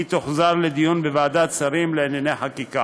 תוחזר לדיון בוועדת השרים לענייני חקיקה.